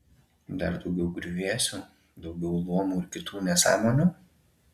dar daugiau griuvėsių daugiau luomų ir kitų nesąmonių